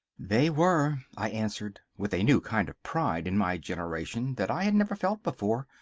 they were, i answered, with a new kind of pride in my generation that i had never felt before,